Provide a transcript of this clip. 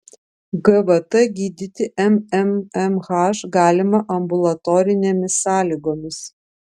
gvt gydyti mmmh galima ambulatorinėmis sąlygomis